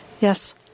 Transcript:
Yes